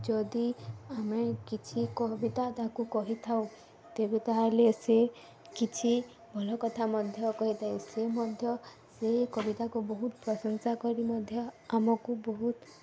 ଯଦି ଆମେ କିଛି କବିତା ତାକୁ କହିଥାଉ ତେବେ ତା'ହେଲେ ସେ କିଛି ଭଲ କଥା ମଧ୍ୟ କହିଥାଏ ସେ ମଧ୍ୟ ସେ କବିତାକୁ ବହୁତ ପ୍ରଶଂସା କରି ମଧ୍ୟ ଆମକୁ ବହୁତ